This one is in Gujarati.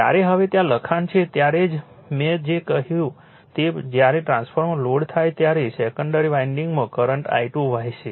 જ્યારે હવે ત્યાં લખાણ છે ત્યારે જ મેં જે કંઈ કહ્યું તે જ્યારે ટ્રાન્સફોર્મર લોડ થાય ત્યારે સેકન્ડરી વાઇંડિંગમાં કરંટ I2 વહેશે